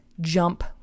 jump